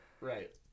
right